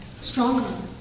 stronger